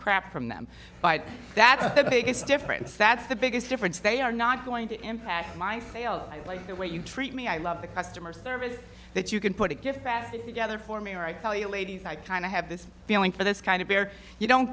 crap from them by that's the biggest difference that's the biggest difference they are not going to impact my sale i like the way you treat me i love the customer service that you can put a gift basket to gather for me or i tell you ladies i kind of have this feeling for this kind of care you don't